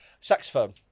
saxophone